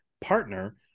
partner